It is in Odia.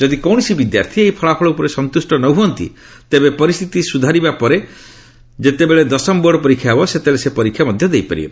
ଯଦି କୌଣସି ବିଦ୍ୟାର୍ଥୀ ଏହି ଫଳାଫଳ ଉପରେ ସନ୍ତୁଷ୍ଟ ନ ହୁଅନ୍ତି ତେବେ ପରିସ୍ଥିତି ସୁଧୁରିବା ପରେ ଯେତେବେଳେ ଦଶମ ବୋର୍ଡ ପରୀକ୍ଷା ହେବ ସେତେବେଳେ ସେ ପରୀକ୍ଷା ମଧ୍ୟ ଦେଇପାରିବେ